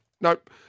Nope